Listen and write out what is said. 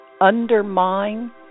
undermine